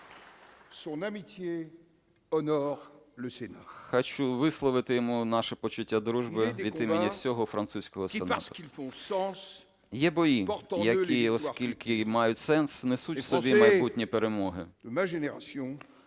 Хочу висловити йому наші почуття дружби від імені всього французького Сенату. Є бої, які, оскільки мають сенс, несуть у собі майбутні перемоги.